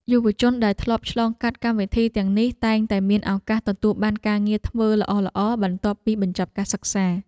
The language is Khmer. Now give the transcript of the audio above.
យុវជនដែលធ្លាប់ឆ្លងកាត់កម្មវិធីទាំងនេះតែងតែមានឱកាសទទួលបានការងារធ្វើល្អៗបន្ទាប់ពីបញ្ចប់ការសិក្សា។